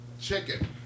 chicken